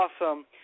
Awesome